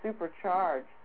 supercharged